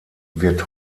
wird